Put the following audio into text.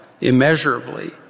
immeasurably